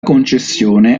concessione